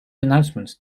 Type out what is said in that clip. announcements